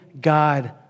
God